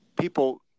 people